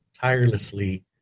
tirelessly